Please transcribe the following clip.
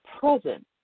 present